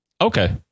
Okay